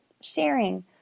sharing